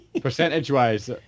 percentage-wise